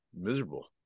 miserable